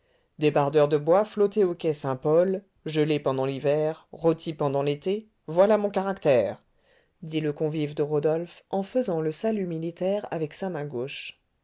débardeur de bois flotté au quai saint-paul gelé pendant l'hiver rôti pendant l'été voilà mon caractère dit le convive de rodolphe en faisant le salut militaire avec sa main gauche